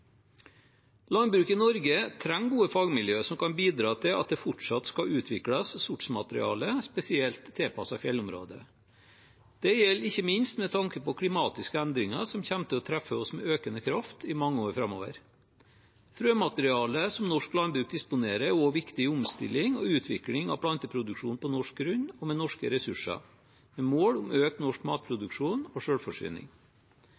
Landbruket i Norge trenger gode fagmiljøer som kan bidra til at det fortsatt utvikles sortsmateriale spesielt tilpasset fjellområdene. Det gjelder ikke minst med tanke på klimatiske endringer som kommer til å treffe oss med økende kraft i mange år framover. Frømaterialet som norsk landbruk disponerer, er også viktig i omstilling og utvikling av planteproduksjon på norsk grunn og med norske ressurser, med mål om økt norsk